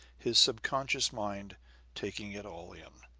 his subconscious mind taking it all in.